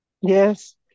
Yes